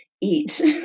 eat